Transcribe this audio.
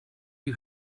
you